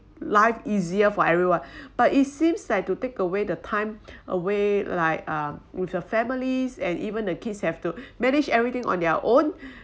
life easier for everyone but it seems like to take away the time away like uh with your families and even the kids have to manage everything on their own